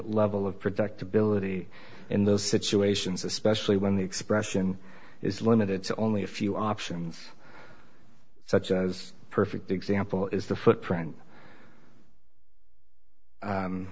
level of predictability in those situations especially when the expression is limited to only a few options such as a perfect example is the